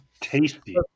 Tasty